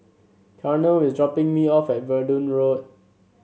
Carnell is dropping me off at Verdun Road